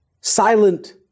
silent